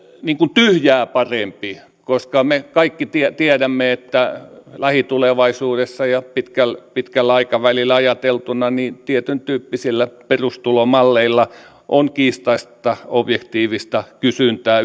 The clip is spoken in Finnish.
tyhjää parempi koska me kaikki tiedämme että lähitulevaisuudessa ja pitkällä pitkällä aikavälillä ajateltuna tietyn tyyppisillä perustulomalleilla on kiistatta objektiivista kysyntää